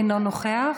אינו נוכח,